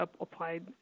applied